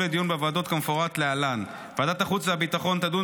לדיון בוועדות כמפורט להלן: ועדת החוץ והביטחון תדון